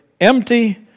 empty